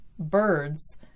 birds